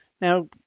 Now